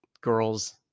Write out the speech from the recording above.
girls